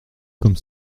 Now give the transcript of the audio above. comme